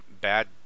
bad